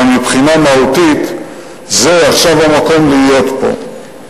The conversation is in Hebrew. אבל מבחינה מהותית זה עכשיו המקום להיות בו.